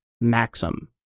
maxim